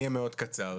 אני אהיה מאוד קצר.